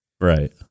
Right